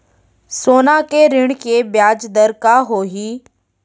सोना के ऋण के ब्याज दर का होही?